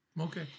Okay